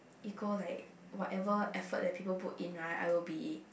equal like whatever effort that people put in right I'll be